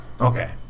Okay